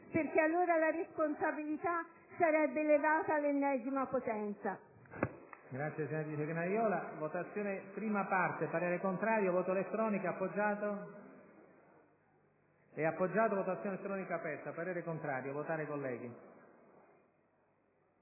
perché allora la responsabilità sarebbe elevata all'ennesima potenza.